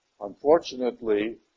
Unfortunately